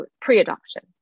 pre-adoption